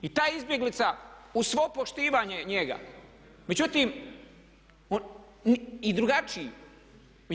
I ta izbjeglica uz svo poštivanje njega međutim i drugačiji je.